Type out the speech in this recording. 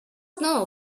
now